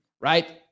right